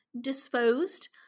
disposed